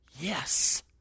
Yes